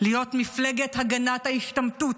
להיות מפלגת הגנת ההשתמטות,